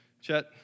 Chet